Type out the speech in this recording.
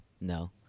No